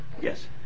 Yes